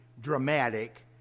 dramatic